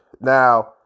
now